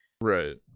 Right